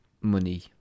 money